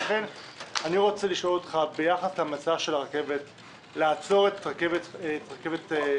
אני רוצה לשאול אותך ביחס להמלצה של הרכבת לעצור את רכבת השרון